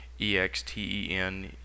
EXTEN